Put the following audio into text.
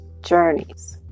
journeys